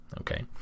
Okay